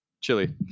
Chili